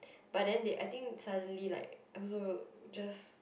but then they I think suddenly like I also just